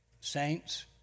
Saints